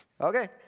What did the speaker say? Okay